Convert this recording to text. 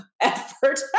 effort